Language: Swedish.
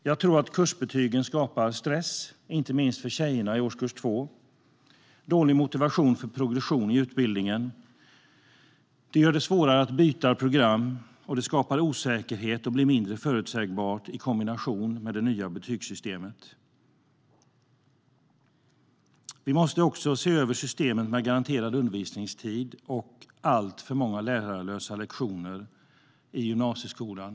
Jag tror att kursbetygen skapar stress, inte minst för tjejerna i årskurs 2, och dålig motivation för progression i utbildningen. Det gör det svårare att byta program, och det skapar osäkerhet och blir mindre förutsägbart i kombination med det nya betygssystemet. Vi måste också se över systemet med garanterad undervisningstid och alltför många lärarlösa lektioner i gymnasieskolan.